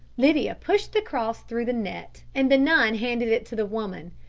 lydia pushed the cross through the net and the nun handed it to the woman.